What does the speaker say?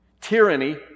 Tyranny